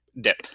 Dip